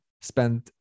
spend